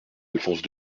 alphonse